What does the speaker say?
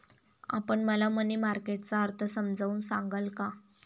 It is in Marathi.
आपण मला मनी मार्केट चा अर्थ समजावून सांगाल का?